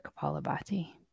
Kapalabhati